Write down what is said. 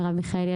מרב מיכאלי,